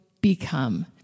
become